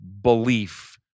belief